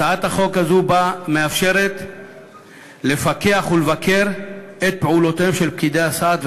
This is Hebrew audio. הצעת החוק הזאת מאפשרת לפקח ולבקר את פעולותיהם של פקידי הסעד,